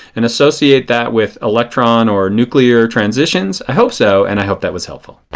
and associate that with electron or nuclear transitions? i hope so. and i hope that was helpful.